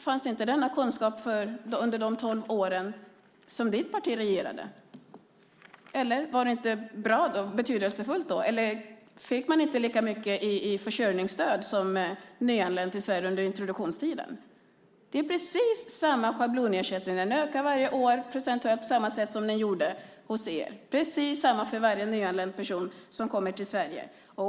Fanns inte denna kunskap under de tolv åren som ditt parti regerade? Var det inte betydelsefullt då? Eller fick man inte lika mycket i försörjningsstöd som nyanländ till Sverige under introduktionstiden? Det är precis samma schablonersättning. Den ökar varje år procentuellt på samma sätt som ni gjorde. Det är precis detsamma för varje person som kommer ny till Sverige.